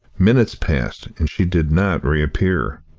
minutes passed, and she did not reappear.